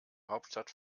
hauptstadt